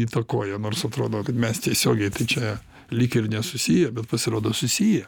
įtakoja nors atrodo kad mes tiesiogiai čia lyg ir nesusiję bet pasirodo susiję